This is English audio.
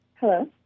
Hello